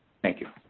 thank you.